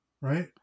Right